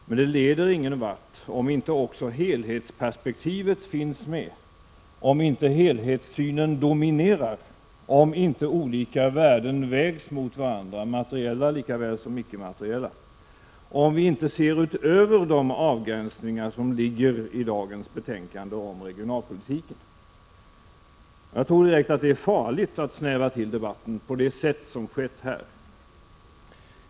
Men det leder ingen vart, om inte också helhetsperspektivet finns med, om inte helhetssynen dominerar, om inte olika värden vägs mot varandra — materiella lika väl som icke-materiella — och om vi inte ser utöver de avgränsningar som ligger i dagens betänkande om regionalpolitiken. Jag tror det är farligt att snäva till debatten på det sätt som skett här.